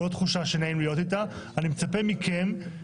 זו לא תחושה שנעים להיות איתה, אני מצפה מכם,